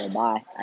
bye